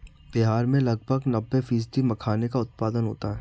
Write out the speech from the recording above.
बिहार में लगभग नब्बे फ़ीसदी मखाने का उत्पादन होता है